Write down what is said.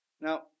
Now